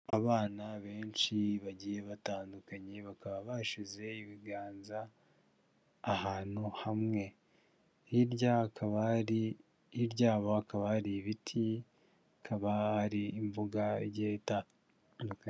Abana benshi bagiye batandukanye, bakaba bashize ibiganza ahantu hamwe. Hirya yabo hakaba hari ibiti, bikaba hari imbuga igiye itandukanye.